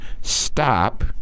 stop